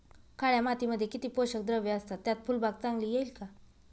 काळ्या मातीमध्ये किती पोषक द्रव्ये असतात, त्यात फुलबाग चांगली येईल का?